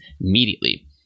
immediately